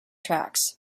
tracks